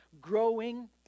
growing